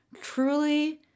truly